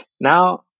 now